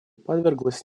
подверглась